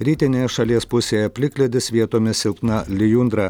rytinėje šalies pusėje plikledis vietomis silpna lijundra